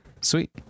Sweet